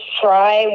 try